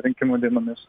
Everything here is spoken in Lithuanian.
rinkimų dienomis